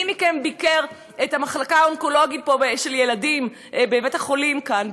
מי מכם ביקר במחלקה האונקולוגית לילדים בבית-החולים כאן,